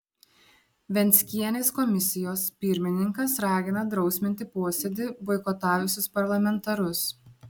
venckienės komisijos pirmininkas ragina drausminti posėdį boikotavusius parlamentarus